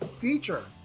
feature